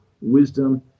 wisdom